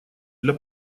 для